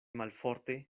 malforte